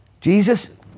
Jesus